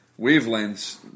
wavelengths